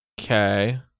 Okay